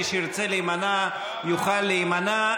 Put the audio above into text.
מי שירצה להימנע יוכל להימנע.